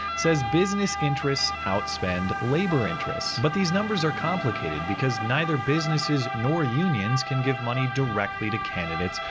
says business interests outspend labour interests. but these numbers are complicated, because neither businesses nor unions can give money directly to candidates,